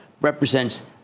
represents